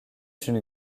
une